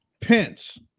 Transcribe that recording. Pence